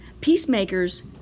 peacemakers